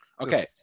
Okay